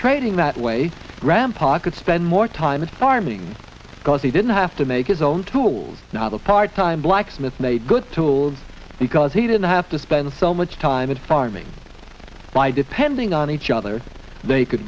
trading that way grandpa could spend more time in farming because he didn't have to make his own tools not a part time blacksmith made good tools because he didn't have to spend so much time and farming by depending on each other they could